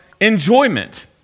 enjoyment